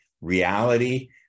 reality